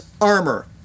armor